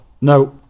No